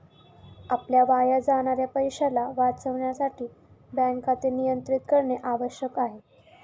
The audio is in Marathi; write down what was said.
आपल्या वाया जाणाऱ्या पैशाला वाचविण्यासाठी बँक खाते नियंत्रित करणे आवश्यक आहे